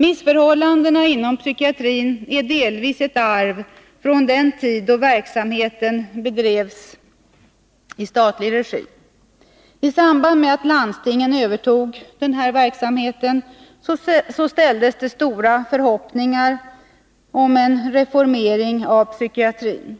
Missförhållandena inom psykiatrin är delvis ett arv från den tid då verksamheten bedrevs i statlig regi. I samband med att landstingen övertog denna verksamhet ställdes stora förhoppningar om en reformering av psykiatrin.